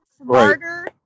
smarter